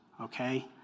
okay